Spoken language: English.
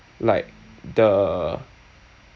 like the